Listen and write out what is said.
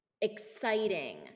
exciting